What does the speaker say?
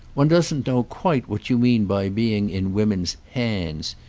one doesn't know quite what you mean by being in women's hands.